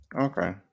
Okay